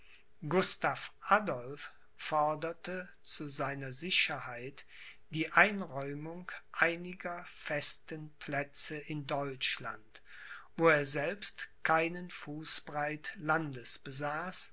gustav adolph forderte zu seiner sicherheit die einräumung einiger festen plätze in deutschland wo er selbst keinen fuß breit